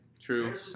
true